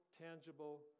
tangible